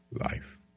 life